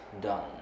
done